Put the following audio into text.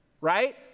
Right